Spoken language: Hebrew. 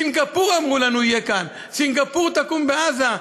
סינגפור, אמרו לנו, תהיה כאן, סינגפור תקום בעזה.